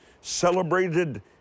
celebrated